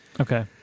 Okay